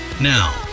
Now